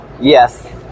Yes